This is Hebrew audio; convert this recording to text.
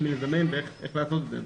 איך לזמן ואיך לעשות את זה.